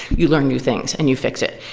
you learn new things and you fix it.